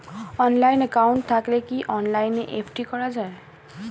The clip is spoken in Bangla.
অনলাইন একাউন্ট থাকলে কি অনলাইনে এফ.ডি করা যায়?